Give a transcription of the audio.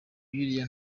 bibiliya